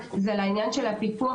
למי?